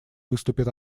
выступит